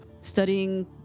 Studying